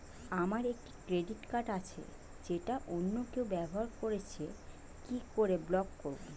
আমার একটি credit card আছে যেটা অন্য কেউ ব্যবহার করছে কি করে ব্লক করবো?